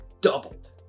doubled